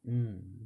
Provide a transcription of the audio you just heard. mm